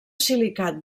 silicat